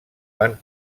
van